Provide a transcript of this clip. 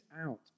out